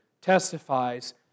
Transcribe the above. testifies